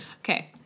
Okay